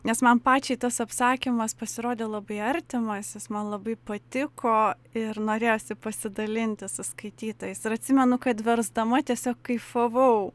nes man pačiai tas apsakymas pasirodė labai artimas jis man labai patiko ir norėjosi pasidalinti su skaitytojais ir atsimenu kad versdama tiesiog kaifavau